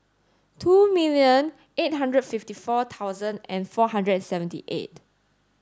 two million eight hundred and fifty four thousand and four hundred and seventy eight